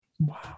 Wow